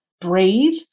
Breathe